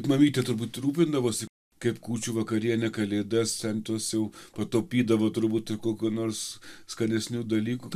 mamytė turbūt rūpindavosi kaip kūčių vakarienė kalėdas centus jau pataupydavo turbūt kokio nors skanesnių dalykų